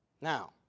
Now